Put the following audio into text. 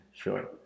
Sure